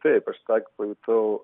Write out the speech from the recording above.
taip aš tą pajutau